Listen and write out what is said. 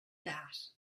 that